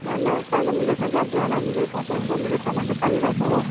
मलाई नि चाहिन त निकै चाहिन्छ अब बिहामा निकै खर्च हुन्छ निकै सामान त चाहिरहेको छ हो